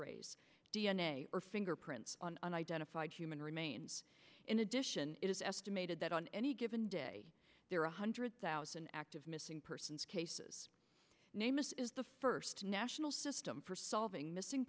rays d n a or fingerprints on unidentified human remains in addition it is estimated that on any given day there are one hundred thousand active missing persons cases name is the first national system for solving missing